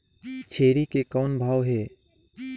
छेरी के कौन भाव हे?